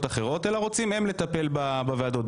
אחרות אלא הם רוצים לטפל בוועדות.